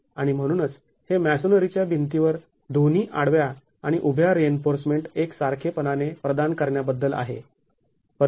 आणि म्हणूनच हे मॅसोनरीच्या भिंतीवर दोन्ही आडव्या आणि उभ्या रिइन्फोर्समेंट एकसारखे पणाने प्रदान करण्या बद्दल आहे